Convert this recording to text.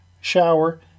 shower